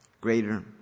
Greater